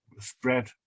spread